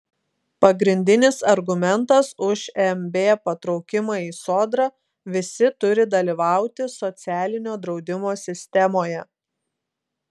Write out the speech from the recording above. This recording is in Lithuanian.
pagrindinis argumentas už mb patraukimą į sodrą visi turi dalyvauti socialinio draudimo sistemoje